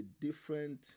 different